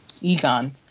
Egon